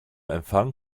empfang